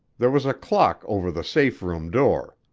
there was a clock over the safe-room door.